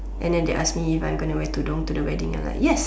and then they ask me if I'm going to wear Tudong to the wedding and like yes